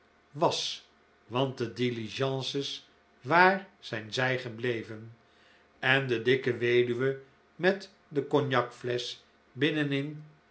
was want de diligences waar zijn zij gebleven en de dikke weduwe met de cognacflesch binnenin